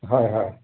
হয় হয়